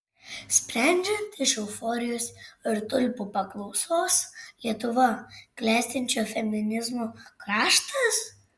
sprendžiant iš euforijos ir tulpių paklausos lietuva klestinčio feminizmo kraštas